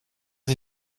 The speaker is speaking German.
die